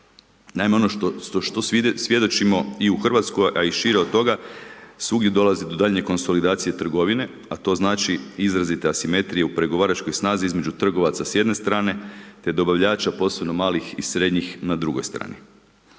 Naime ono što svjedočimo i u Hrvatskoj a i šire od toga, svugdje dolazi do daljnje konsolidacije trgovine a to znači izrazita asimetrija u pregovaračkoj snazi između trgovaca s jedne strane te dobavljača posebno malih i srednjih na drugoj strani.